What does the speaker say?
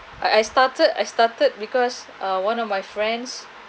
I I started I started because uh one of my friends